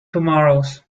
tomorrows